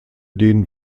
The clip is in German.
den